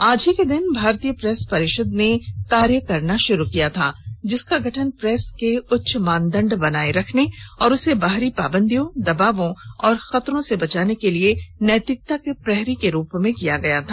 आज ही के दिन भारतीय प्रेस परिषद ने कार्य करना शुरू किया जिस का गठन प्रेस के उच्च मानदंड बनाए रखने और उसे बाहरी पाबंदियों दबावों और खतरों से बचाने के लिए नैतिकता के प्रहरी के रूप में किया गया था